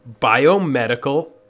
biomedical